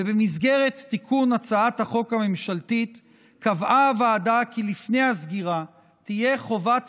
ובמסגרת תיקון הצעת החוק הממשלתית קבעה הוועדה כי לפני הסגירה תהיה חובת